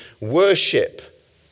worship